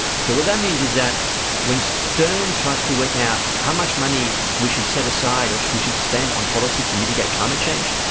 so what that means is that when stern tries to work out how much money we should set aside or we should spend on policy to mitigate climate change,